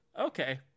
Okay